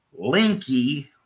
linky